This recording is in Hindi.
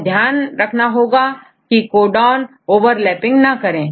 यह ध्यान रखना होता है कि कोडॉन ओवरलैपिंग ना करें